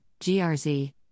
GRZ